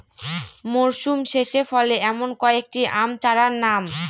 মরশুম শেষে ফলে এমন কয়েক টি আম চারার নাম?